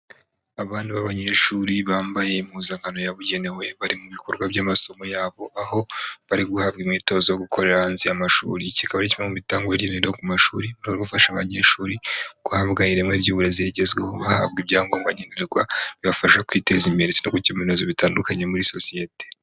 Aba b'abanyeshuri bambaye impuzankano yabugenewe, bari mu bikorwa by'amasomo yabo, aho bari guhabwa imyitozo yo gukorera hanze y'amashuri, iki kikaba ari kimwe mu bitangwa hirya no hino ku mashuri, mu rwego rwo gufasha abanyeshuri guhabwa ireme ry'uburezi rigezweho, guhabwa ibyangombwa nkenerwa bibafasha kwiteza imbere ndetse no gukemura ibibazo bitandukanye muri sosiyete.